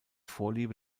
vorliebe